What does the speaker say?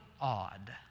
odd